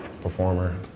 performer